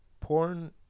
porn